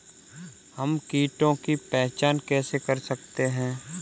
हम कीटों की पहचान कैसे कर सकते हैं?